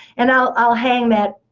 and i'll hang that